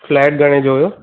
flat घणे जो हुयो